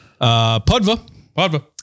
Pudva